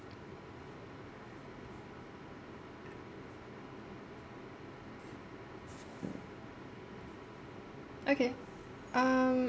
okay um